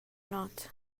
not